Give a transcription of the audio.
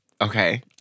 Okay